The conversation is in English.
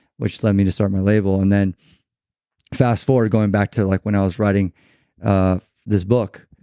which led me to start my label. and then fast forward going back to like when i was writing this book,